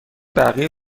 بقیه